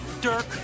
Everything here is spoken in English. Dirk